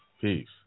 Peace